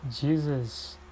Jesus